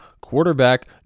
quarterback